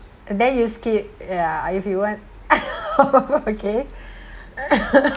then you skip ya if you weren't okay